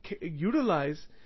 utilize